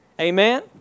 Amen